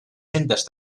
centes